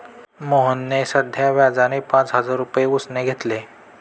मोहनने साध्या व्याजाने पाच हजार रुपये उसने घेतले